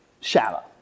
shallow